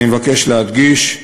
אני מבקש להדגיש: